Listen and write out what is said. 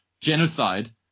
genocide